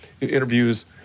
interviews